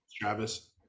Travis